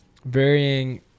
Varying